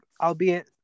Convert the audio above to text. albeit